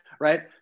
right